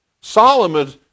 Solomon